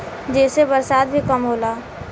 जेसे बरसात भी कम होला